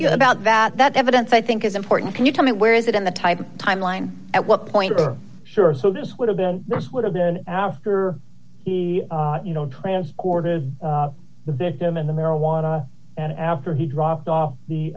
hear about that that evidence i think is important can you tell me where is it in the type of timeline at what point you're sure so this would have been this would have been asked or he you know transported the victim in the marijuana and after he dropped off the